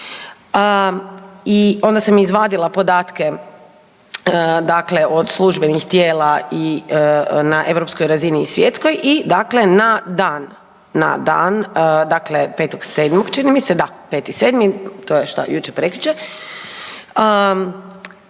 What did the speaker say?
i onda sam izvadila podatke dakle od službenih tijela na europskoj razini i svjetskoj i dakle na dan dakle 5.7., čini mi se, da, 5.7., to je šta, jučer, prekjučer,